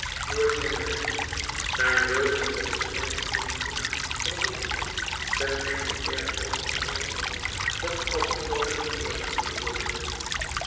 nooit zijn werk zijn wil onder den schijn van invloed vermommende ten einde eerder als een schrander man dan als koning gehoorzaamd te worden